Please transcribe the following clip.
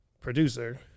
producer